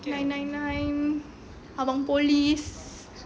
nine nine nine abang polis